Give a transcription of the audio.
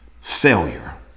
Failure